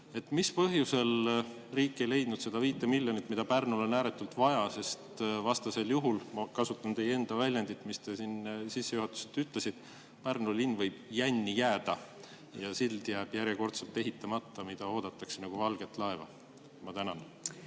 Mis põhjusel riik ei leidnud seda 5 miljonit, mida Pärnul on ääretult vaja? Vastasel juhul – ma kasutan teie enda väljendit, mis te sissejuhatuses ütlesite – Pärnu linn võib jänni jääda ja sild jääb järjekordselt ehitamata, seda oodatakse nagu valget laeva. Aitäh!